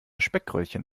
speckröllchen